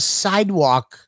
sidewalk